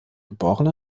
geboren